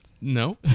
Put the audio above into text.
No